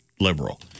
liberal